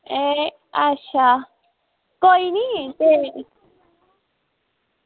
एह् अच्छा कोई निं कोई निं